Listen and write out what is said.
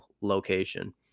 location